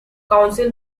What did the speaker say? council